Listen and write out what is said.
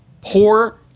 poor